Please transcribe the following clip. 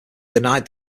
denied